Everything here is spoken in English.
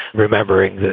remembering,